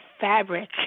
fabric